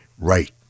right